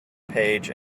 page